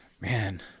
Man